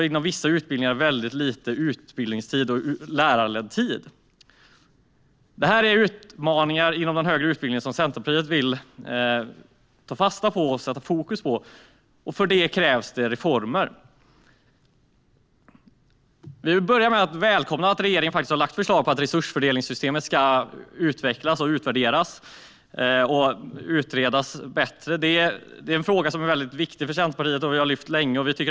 Inom vissa utbildningar är det väldigt liten utbildningstid och lärarledd tid. Det här är utmaningar inom den högre utbildningarna som Centerpartiet vill sätta fokus på, och för det krävs det reformer. Jag vill börja med att välkomna att regeringen har lagt förslag till att resursfördelningssystemet ska utvecklas, utvärderas och utredas bättre. Dessa frågor är väldigt viktiga för Centerpartiet och vi har länge drivit dem.